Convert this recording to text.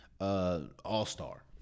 All-Star